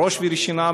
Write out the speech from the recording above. בראש ובראשונה,